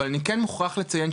אבל כן אני מוכרח לציין,